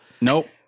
nope